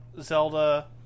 Zelda